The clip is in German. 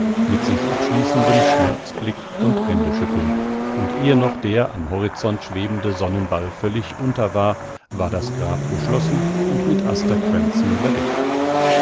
mit sich abschließendem schmerzblick und händeschütteln und ehe noch der am horizont schwebende sonnenball völlig unter war war das grab geschlossen und mit asterkränzen überdeckt